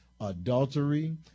adultery